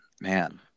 man